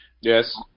Yes